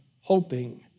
hoping